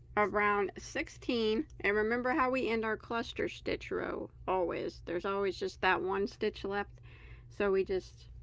of round sixteen and remember how we end our cluster stitch row always there's always just that one stitch left so we just